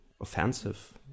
offensive